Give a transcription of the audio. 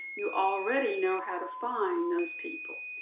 you already know how to find those people.